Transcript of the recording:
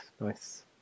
nice